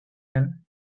and